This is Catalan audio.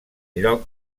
lloc